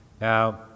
Now